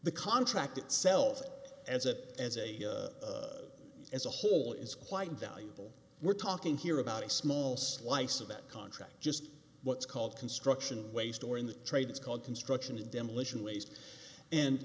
the contract itself as a as a as a whole is quite valuable we're talking here about a small slice of that contract just what's called construction waste or in the trade it's called construction demolition